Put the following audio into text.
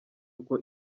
uko